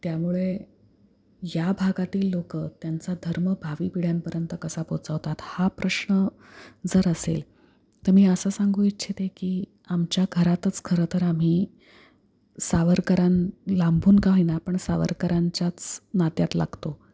त्यामुळे या भागातील लोकं त्यांचा धर्म भावी पिढ्यांपर्यंत कसा पोहचवतात हा प्रश्न जर असेल तर मी असं सांगू इच्छिते की आमच्या घरातच खरंतर आम्ही सावरकरां लांबून का होई ना आपण सावरकरांच्याच नात्यात लागतो